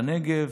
בנגב,